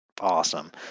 awesome